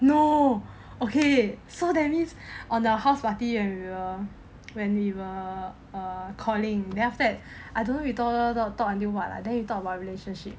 no okay so that means on the house party and when we were calling then after that I don't know we talk talk talk talk until [what] lah then we talk about relationship